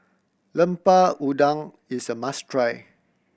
Lemper Udang is a must try